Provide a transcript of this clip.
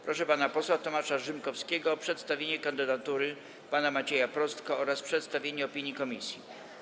Proszę pana posła Tomasza Rzymkowskiego o przedstawienie kandydatury pana Macieja Prostko oraz opinii komisji.